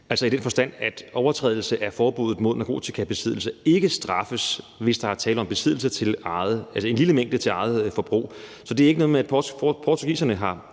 altså i den forstand, at overtrædelse af forbuddet mod narkotikabesiddelse ikke straffes, hvis der er tale om besiddelse af en lille mængde til eget forbrug. Så det er ikke noget med, at portugiserne har